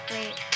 Wait